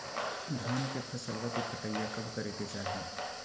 धान के फसलवा के कटाईया कब करे के चाही?